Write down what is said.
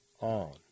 on